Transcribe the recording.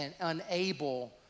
unable